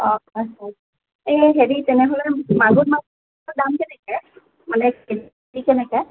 অ' এই হেৰি তেনেহ'লে মাগুৰ মাছৰ দাম কেনেকৈ মানে কে জি কেনেকৈ